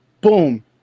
boom